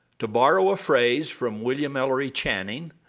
to borrow a phrase from william ellery channing,